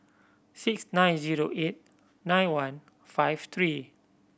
six nine zero eight nine one five three